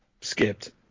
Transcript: skipped